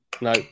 No